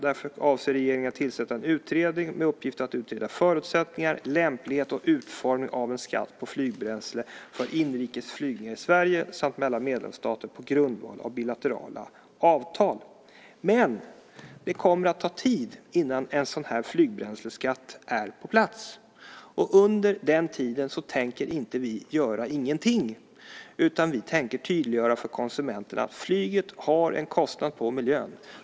Därför avser regeringen att tillsätta en utredning med uppgift att utreda förutsättningar, lämplighet och utformning av en skatt på flygbränsle för inrikes flygning i Sverige samt mellan medlemsstater på grundval av bilaterala avtal. Det kommer dock att ta tid innan en sådan flygbränsleskatt är på plats. Under den tiden tänker vi inte göra ingenting, utan vi tänker tydliggöra för konsumenterna att flyget har en kostnad på miljön.